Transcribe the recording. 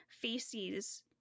feces